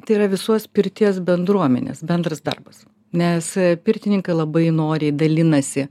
tai yra visos pirties bendruomenės bendras darbas nes pirtininkai labai noriai dalinasi